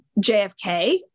jfk